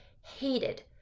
hated